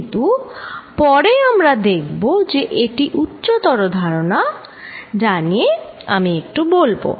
কিন্তু পরে আমরা দেখব যে এটি উচ্চতর ধারণা যা নিয়ে আমি একটু বলবো